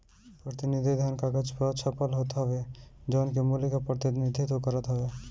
प्रतिनिधि धन कागज पअ छपल होत हवे जवन की मूल्य के प्रतिनिधित्व करत हवे